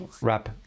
wrap